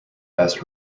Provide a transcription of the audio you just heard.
best